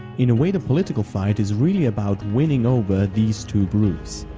in a way the political fight is really about winning over these two groups.